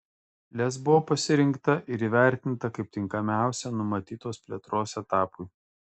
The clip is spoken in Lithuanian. lez buvo pasirinkta ir įvertinta kaip tinkamiausia numatytos plėtros etapui